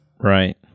Right